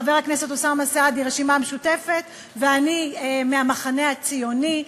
חבר הכנסת אוסאמה סעדי מהרשימה המשותפת ואני מהמחנה הציוני,